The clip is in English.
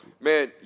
Man